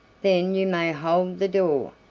then you may hold the door,